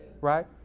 right